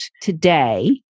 today